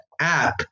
app